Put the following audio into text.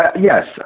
Yes